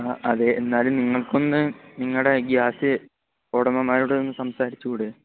ആ അതെ എന്നാലും നിങ്ങൾക്ക് ഒന്ന് നിങ്ങളുടെ ഗ്യാസ് ഓണർമാരോടൊന്ന് സംസാരിച്ചൂടെ